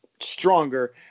Stronger